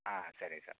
ಆಂ ಸರಿ ಸರ್